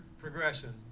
progression